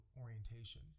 orientation